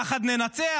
יחד ננצח.